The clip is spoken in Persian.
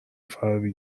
فراری